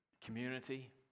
Community